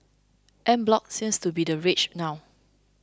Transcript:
En bloc seems to be the rage now